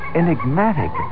enigmatic